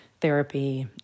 therapy